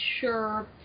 sure